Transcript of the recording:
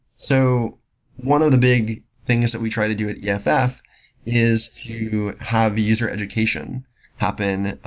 so one of the big things that we try to do at yeah eff eff is to have user education happen.